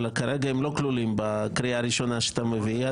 וכרגע הם לא כלולים בקריאה הראשונה שאתה מביא.